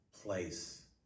place